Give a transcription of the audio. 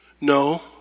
No